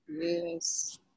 Yes